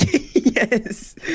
Yes